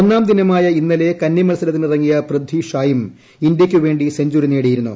ഒന്നാം ദിനമായ ഇന്നലെ കന്നി മത്സരത്തിനിറങ്ങിയ പൃഥ്വി ഷായും ഇന്ത്യയ്ക്ക് വേണ്ടി സെഞ്ചുറി നേടിയിരുന്നു